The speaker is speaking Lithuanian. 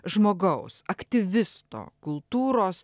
žmogaus aktyvisto kultūros